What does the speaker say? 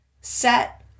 set